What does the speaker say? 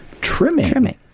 trimming